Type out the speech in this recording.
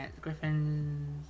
Griffins